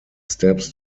steps